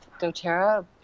doTERRA